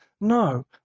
No